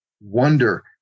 wonder